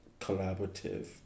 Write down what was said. collaborative